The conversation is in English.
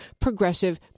progressive